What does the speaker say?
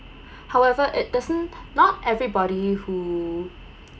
however it doesn't not everybody who